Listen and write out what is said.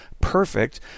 perfect